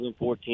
2014